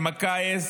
אלמקייס,